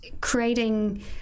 creating